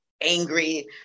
angry